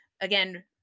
again